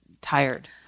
tired